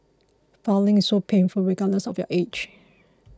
filing is so painful regardless of your age